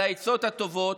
על העצות הטובות,